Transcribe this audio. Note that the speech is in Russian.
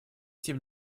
тем